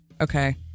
Okay